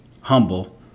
humble